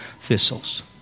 thistles